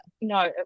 no